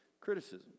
criticism